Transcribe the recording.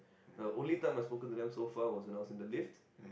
the only time I spoken to them so far was I was in the lift